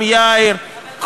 גם יאיר,